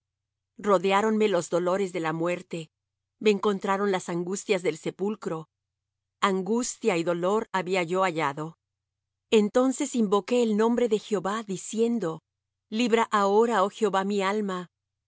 días rodeáronme los dolores de la muerte me encontraron las angustias del sepulcro angustia y dolor había yo hallado entonces invoqué el nombre de jehová diciendo libra ahora oh jehová mi alma